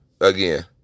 again